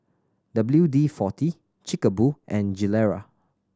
W D Forty Chic a Boo and Gilera